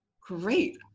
great